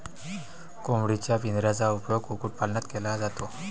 कोंबडीच्या पिंजऱ्याचा उपयोग कुक्कुटपालनात केला जातो